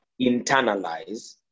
internalize